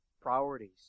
priorities